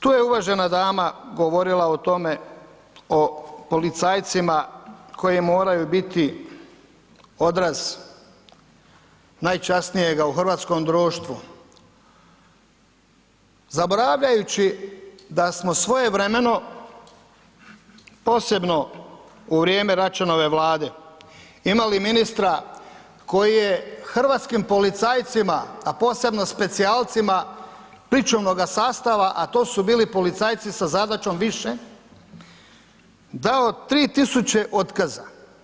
Tu je uvažena dama govorila o tome, o policajcima koji moraju biti odraz najčasnijega u hrvatskom društvu, zaboravljajući da smo svojevremeno, posebno u vrijeme Račanove Vlade imali ministra koji je hrvatskim policajcima, a posebno specijalcima pričuvnoga sastava, a to su bili policajci sa zadaćom više, dao tri tisuće otkaza.